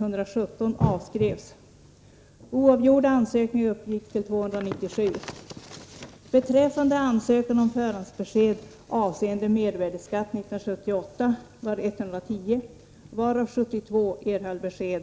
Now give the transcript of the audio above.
Möjligheten att hos rättsnämnden vid riksskatteverket få förhandsbesked i skatterättsliga ärenden har blivit uppskattad och utnyttjad i